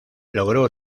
logró